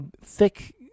thick